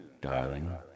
darling